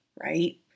right